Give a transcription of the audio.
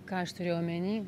ką aš turėjau omeny